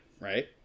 right